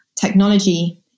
Technology